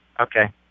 Okay